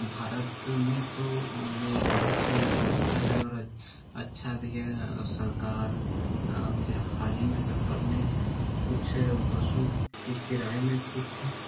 भारत में तो ये बहुत ही सस्ता है अच्छा भी है सरकार हाल ही में सरकार ने कुछ बसों के किराये में कुछ